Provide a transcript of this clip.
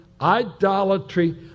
idolatry